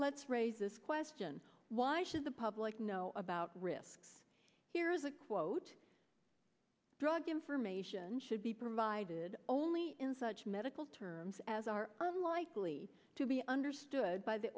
let's raise this question why should the public know about risk here is a quote drug information should be provided only in such medical terms as are unlikely to be understood by the